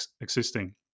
existing